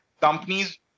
Companies